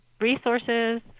resources